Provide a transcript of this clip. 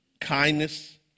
kindness